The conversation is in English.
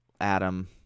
adam